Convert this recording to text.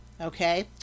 okay